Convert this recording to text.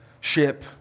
ship